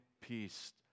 peace